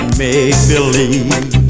make-believe